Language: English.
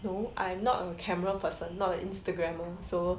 no I am not a camera person not an Instagramer so